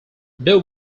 blue